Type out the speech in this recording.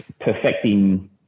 perfecting